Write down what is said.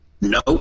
No